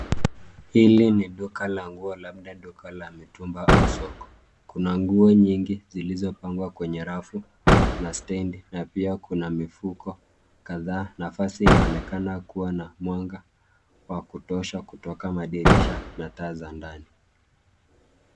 Hili ni duka la nguo labda duka la mitumba au soko. Kuna nguo nyingi zilizopangwa kwenye rafu na stedi, na pia kuna mifuko kadhaa. Nafasi inaonekana kuwa na mwanga wa kutosha kutoka madirisha na taa za ndani.